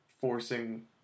forcing